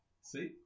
See